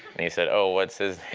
and he said, oh, what's his